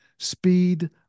speed